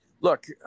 Look